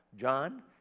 John